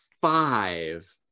five